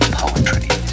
poetry